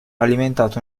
alimentato